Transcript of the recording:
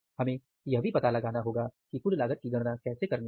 हमें यह भी पता लगाना होगा कि कुल लागत की गणना कैसे करनी है